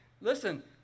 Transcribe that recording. Listen